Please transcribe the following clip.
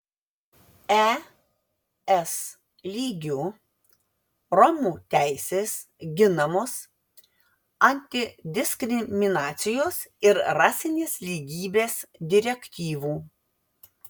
es lygiu romų teisės ginamos antidiskriminacijos ir rasinės lygybės direktyvų